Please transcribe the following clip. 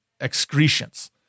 excretions